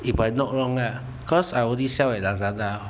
if I not wrong ah cause I already sell at Lazada